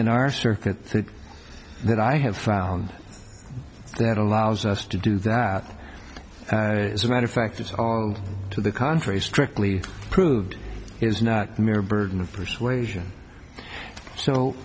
in our circuit that i have found that allows us to do that as a matter of fact it's to the contrary strictly proved is not a mere burden of persuasion so